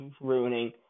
ruining